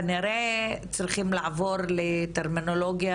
כנראה צריכים לעבור לטרימינולוגיה,